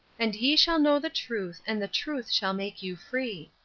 and ye shall know the truth, and the truth shall make you free